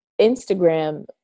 Instagram